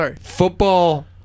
football